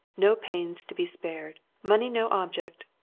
no pains to be spared. money no object.